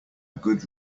good